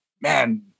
man